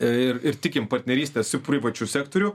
ir ir tikime partnerystę su privačiu sektoriu